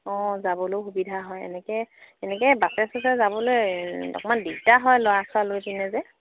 অঁ যাবলৈও সুবিধা হয় এনেকৈ এনেকৈ বাছে চাছে যাবলৈ অকণমান দিগদাৰ হয় ল'ৰা চৰা লৈ পিনে যে